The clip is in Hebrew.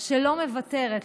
שלא מוותרת,